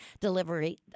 delivery